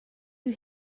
you